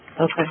Okay